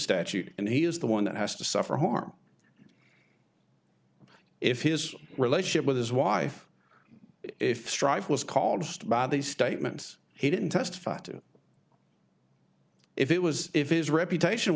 statute and he is the one that has to suffer harm if his relationship with his wife if strife was called by these statements he didn't testify if it was if his reputation